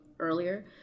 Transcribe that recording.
earlier